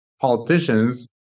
politicians